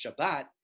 shabbat